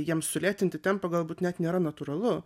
jiems sulėtinti tempą galbūt net nėra natūralu